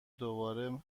دوباره